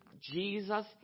Jesus